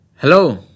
hello